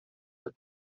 the